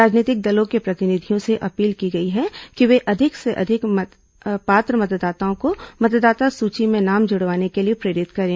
राजनीतिक दलों के प्रतिनिधियों से अपील की गई है कि वे अधिक से अधिक पात्र मतदाताओं को मतदाता सूची में नाम जुड़वाने के लिए प्रेरित करें